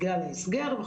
בגלל ההסגר וכו'.